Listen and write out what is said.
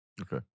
Okay